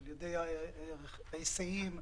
על ההיסעים,